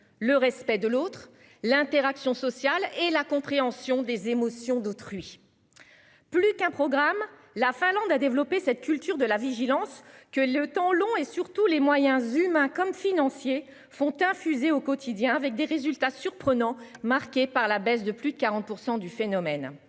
le respect de l'autre l'interaction sociale et la compréhension des émotions d'autrui. Plus qu'un programme. La Finlande a développé cette culture de la vigilance que le temps long et surtout les moyens humains comme financiers font infuser au quotidien avec des résultats surprenants marqué par la baisse de plus de 40% du phénomène.